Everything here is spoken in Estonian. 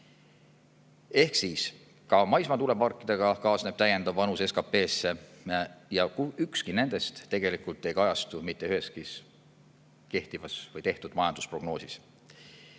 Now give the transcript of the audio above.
Ehk siis ka maismaatuuleparkidega kaasneb täiendav panus SKT-sse ja ükski nendest tegelikult ei kajastu mitte üheski kehtivas või tehtud majandusprognoosis.